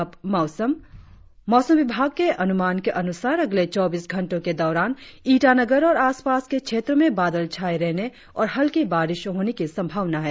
और अब मौसम मौसम विभाग के अनुमान के अनुसार अगले चौबीस घंटो के दौरान ईटानगर और आसपास के क्षेत्रो में बादल छाये रहने और हलकी बारिस होने की संभावना है